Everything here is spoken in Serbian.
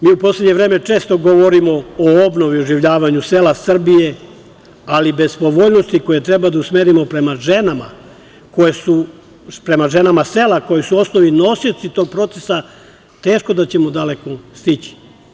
Mi u poslednje vreme često govorimo o obnovi i oživljavanju sela Srbije, ali bez povoljnosti koje treba da usmerimo prema ženama sela, koje su osnovni nosioci tog procesa, teško da ćemo daleko stići.